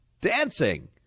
Dancing